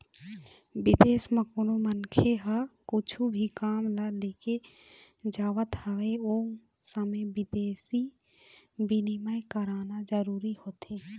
बिदेस म कोनो मनखे ह कुछु भी काम ल लेके जावत हवय ओ समे बिदेसी बिनिमय कराना जरूरी होथे